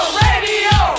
radio